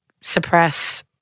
Suppress